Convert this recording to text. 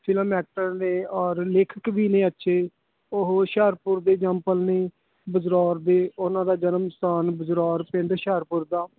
film actor ਨੇ ਔਰ ਲੇਖਕ ਵੀ ਨੇ ਅੱਛੇ ਉਹ ਹੁਸ਼ਿਆਰਪੁਰ ਦੇ ਜੰਮਪਲ ਨੇ ਬਜਰਾਵਰ ਦੇ ਉਨ੍ਹਾਂ ਦਾ ਜਨਮ ਅਸਥਾਨ ਬਜਰਾਵਰ ਪਿੰਡ ਹੁਸ਼ਿਆਰਪੁਰ ਦਾ